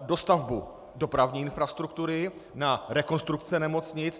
dostavbu dopravní infrastruktury, na rekonstrukce nemocnic.